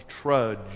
trudge